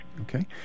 Okay